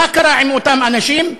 מה קרה עם אותם אנשים?